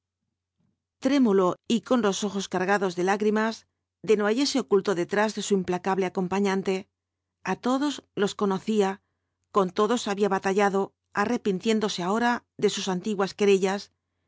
trémulo y con los ojos cargados de lágrimas desnoyers se ocultó detrás de su implacable acompañante a todos los conocía con todos había batallado arrepintiéndose ahora de sus antiguas